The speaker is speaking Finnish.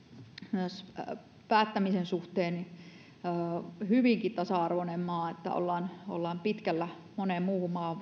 myös päättämisen suhteen hyvinkin tasa arvoinen maa ollaan ollaan pitkällä moneen muuhun maahan